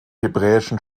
hebräischen